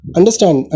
Understand